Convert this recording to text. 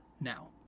now